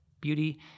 Beauty